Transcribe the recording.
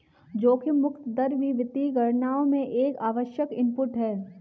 जोखिम मुक्त दर भी वित्तीय गणनाओं में एक आवश्यक इनपुट है